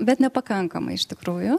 bet nepakankamai iš tikrųjų